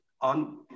on